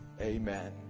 Amen